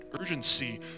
urgency